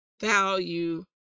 value